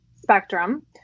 spectrum